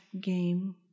game